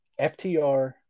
FTR